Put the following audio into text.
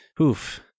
Oof